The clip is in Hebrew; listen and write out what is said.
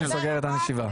אני סוגר את הישיבה.